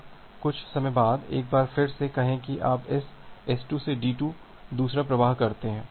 अब कुछ समय बाद एक बार फिर से कहें कि आप इस S2 से D2 दूसरा प्रवाह करते हैं